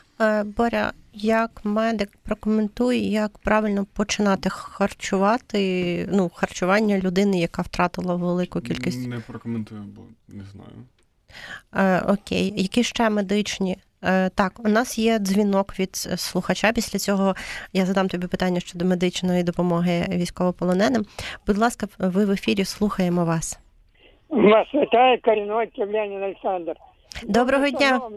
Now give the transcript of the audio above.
Е, Боря, як медик, прокоментуй, як правильно починати харчувати, ну, харчування людини, яка втратила велику кількість- М, не прокоментую, бо не знаю. Е, окей. Які ще медичні? Е, так, у нас є дзвінок від, е, слухача. Після цього я задам тобі питання щодо медичної допомоги військовополоненим. Будь ласка, в- ви в ефірі, слухаємо вас. Вас вітає Каліновський Леонід Олександр. Доброго Доброго дня. дня.